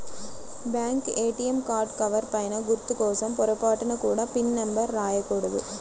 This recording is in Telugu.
బ్యేంకు ఏటియం కార్డు కవర్ పైన గుర్తు కోసం పొరపాటున కూడా పిన్ నెంబర్ రాయకూడదు